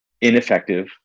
ineffective